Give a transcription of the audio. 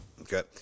Okay